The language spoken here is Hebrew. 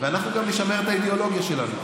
ואנחנו גם נשמר את האידיאולוגיה שלנו,